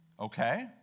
Okay